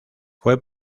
fue